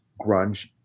grunge